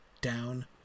down